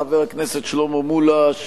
חבר הכנסת שלמה מולה,